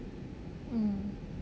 mm